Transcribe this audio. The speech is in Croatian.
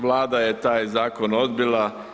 Vlada je taj zakon odbila.